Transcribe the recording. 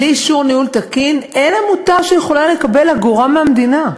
בלי אישור ניהול תקין אין עמותה שיכולה לקבל אגורה מהמדינה.